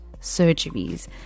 surgeries